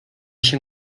się